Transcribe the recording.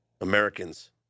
Americans